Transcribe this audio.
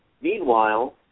Meanwhile